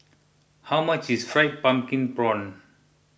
how much is Fried Pumpkin Prawns